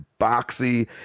boxy